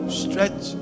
stretch